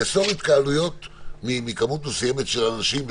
לאסור התקהלויות מכמות מסוימת של אנשים,